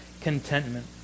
contentment